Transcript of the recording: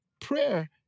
Prayer